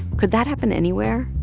could that happen anywhere?